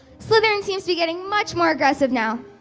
slytherin seems to be getting much more aggressive now.